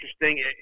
interesting